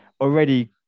Already